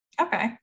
Okay